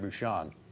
Bouchon